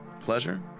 Pleasure